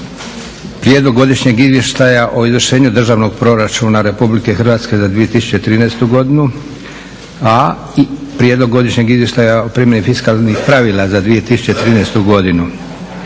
Prijedlog godišnjeg izvještaja o izvršenju Državnog proračuna Republike Hrvatske za 2013.godinu, B) Prijedlog godišnjeg izvještaja o primjeni fiskalnih pravila za 2013.godinu,